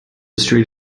street